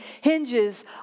hinges